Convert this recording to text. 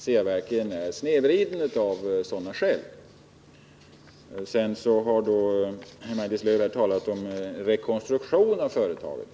Ceaverken är snedvridet av sådana skäl. Sedan har Maj-Lis Lööw talat om en rekonstruktion av företaget.